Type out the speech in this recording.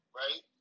right